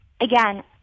Again